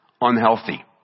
unhealthy